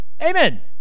Amen